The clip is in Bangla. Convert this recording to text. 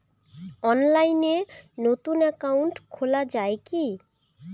অনলাইনে নতুন একাউন্ট খোলা য়ায় কি?